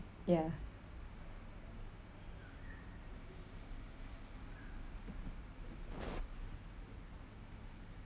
ya